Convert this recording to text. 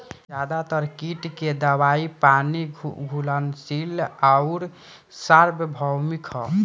ज्यादातर कीट के दवाई पानी में घुलनशील आउर सार्वभौमिक ह?